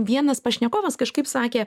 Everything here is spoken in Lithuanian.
vienas pašnekovas kažkaip sakė